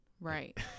Right